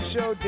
Show